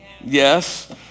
Yes